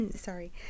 sorry